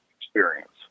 experience